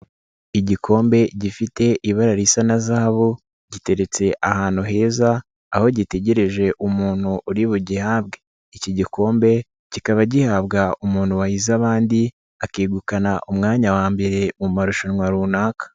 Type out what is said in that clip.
Igikombe gifite ibara risa na zahabu giteretse ahantu heza aho gitegereje umuntu uri bugihabwe, iki gikombe kikaba gihabwa umuntu wahize abandi akegukana umwanya wa mbere mu marushanwa runaka.